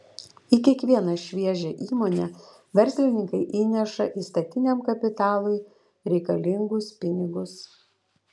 į kiekvieną šviežią įmonę verslininkai įneša įstatiniam kapitalui reikalingus pinigus